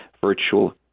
virtual